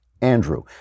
Andrew